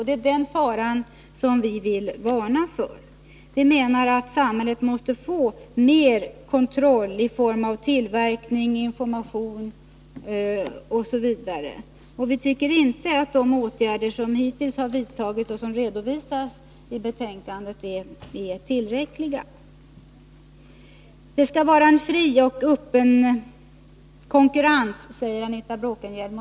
Det är den faran vi vill varna för. Vi menar att samhället måste få mer kontroll över tillverkning, information osv. Vi tycker inte att de åtgärder som hittills har vidtagits. och som redov i betänkandet, är tillräckliga. Det skall råda en fri och öppen konkurrens, säger Anita Bråkenhielm.